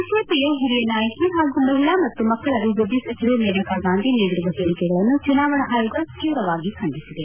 ಬಿಜೆಪಿಯ ಹಿರಿಯ ನಾಯಕಿ ಹಾಗೂ ಮಹಿಳಾ ಮತ್ತು ಮಕ್ಕಳ ಅಭಿವ್ವದ್ದಿ ಸಚಿವೆ ಮನೇಕಾ ಗಾಂಧಿ ನೀಡಿರುವ ಹೇಳಿಕೆಗಳನ್ನು ಚುನಾವಣಾ ಆಯೋಗ ತೀವ್ರವಾಗಿ ಖಂಡಿಸಿದೆ